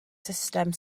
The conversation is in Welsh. sustem